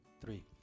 three